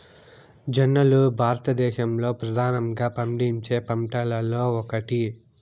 జొన్నలు భారతదేశంలో ప్రధానంగా పండించే పంటలలో ఒకటి